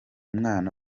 mwana